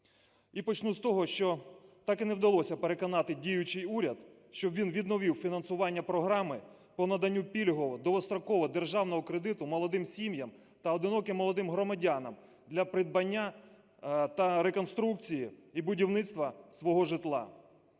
і почну з того, що так і не вдалося переконати діючий уряд, щоб він відновив фінансування програми по наданню пільгового довгострокового державного кредиту молодим сім'ям та одиноким молодим громадянам для придбання та реконструкції і будівництва свого житла.